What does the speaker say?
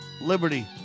liberty